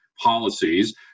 Policies